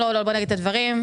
בוא נגיד את הדברים,